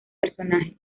personaje